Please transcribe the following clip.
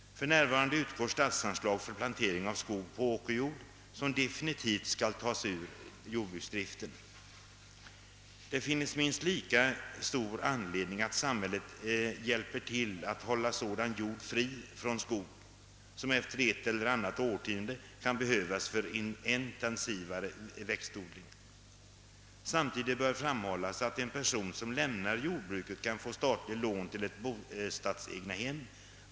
För närvarande utgår statsanslag för plantering av skog på åkerjord som definitivt skall tas ur jordbruksdriften. Det finns minst lika stor anledning att samhället hjälper till att hålla sådan jord fri från skog, som efter ett eller annat årtionde kan behövas för intensivare växtodling. Samtidigt bör framhållas, att en person som lämnar jordbruket kan få statligt lån till bostadsegnahem.